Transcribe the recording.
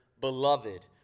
beloved